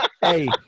Hey